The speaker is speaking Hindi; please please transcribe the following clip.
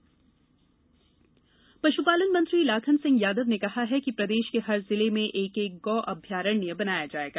गौ अभ्यारण्य पशुपालन मंत्री लाखन सिंह यादव ने कहा है कि प्रदेश के हर जिले में एक एक गौ अभ्यारण्य बनाया जाएगा